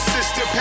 Sister